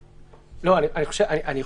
על ידי משרד הרווחה ומשרד החינוך,